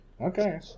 Okay